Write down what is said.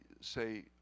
say